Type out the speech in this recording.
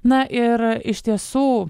na ir iš tiesų